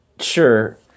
Sure